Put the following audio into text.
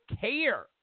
care